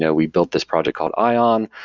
yeah we built this project called ion.